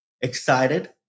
excited